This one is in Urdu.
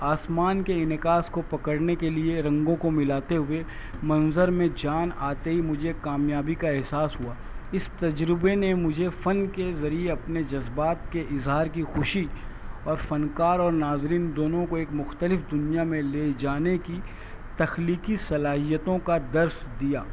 آسمان کے انعکاس کو پکڑنے کے لیے رنگوں کو ملاتے ہوئے منظر میں جان آتے ہی مجھے کامیابی کا احساس ہوا اس تجربہ نے مجھے فن کے ذریعہ اپنے جذبات کے اظہار کی خوشی اور فنکار اور ناظرین دونوں کو ایک مختلف دنیا میں لے جانے کی تخلیقی صلاحیتوں کا درس دیا